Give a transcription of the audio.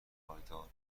پایدار